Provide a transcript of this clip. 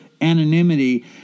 anonymity